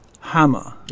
hammer